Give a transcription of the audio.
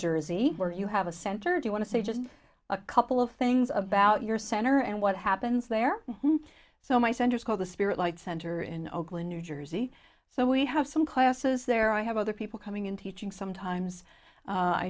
jersey where you have a centered you want to say just a couple of things about your center and what happens there so my center is called the spirit like center in oakland new jersey so we have some classes there i have other people coming in teaching sometimes